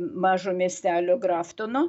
mažo miestelio graftono